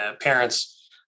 parents